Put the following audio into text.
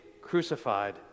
crucified